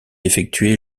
effectué